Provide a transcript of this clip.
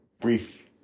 brief